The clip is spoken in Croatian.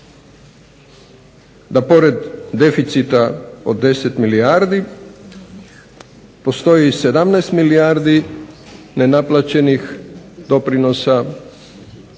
da pored deficita od 10 milijardi postoji 17 milijardi nenaplaćenih doprinosa